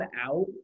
out